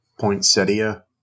poinsettia